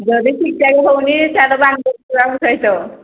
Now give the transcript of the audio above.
ଯଦି ଠିକ୍ ଠାକ୍ ହେଉନି ଚାଲ ବାଙ୍ଗଲୋର୍ ଯିବା ଆମ ସହିତ